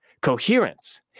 coherence